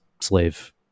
slave